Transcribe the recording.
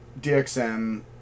DXM